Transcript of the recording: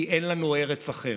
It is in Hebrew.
כי אין לנו ארץ אחרת.